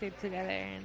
together